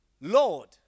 Lord